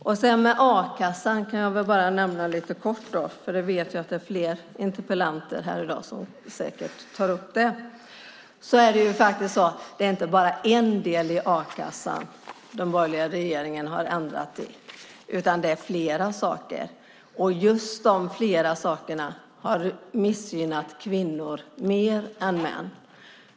När det gäller a-kassan kan jag nämna lite kort, för jag vet att det är fler interpellanter här i dag som säkert tar upp det, att det inte bara är en del i a-kassan som den borgerliga regeringen har ändrat i, utan flera saker. Just dessa saker har missgynnat kvinnor mer än män.